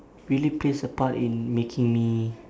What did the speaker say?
really plays a part in making me